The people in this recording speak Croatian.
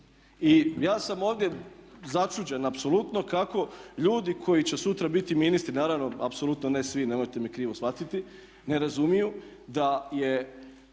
I ja sam ovdje začuđen apsolutno kako ljudi koji će sutra biti ministri, naravno apsolutno ne svi, nemojte me krivo shvatiti, ne razumiju da je